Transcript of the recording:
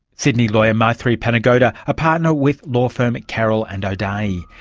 sydney lawyer maithri panagoda, a partner with law firm carroll and o'dea.